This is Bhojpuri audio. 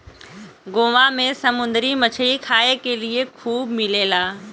गोवा में समुंदरी मछरी खाए के लिए खूब मिलेला